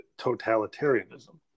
totalitarianism